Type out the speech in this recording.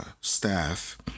staff